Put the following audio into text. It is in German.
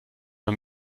man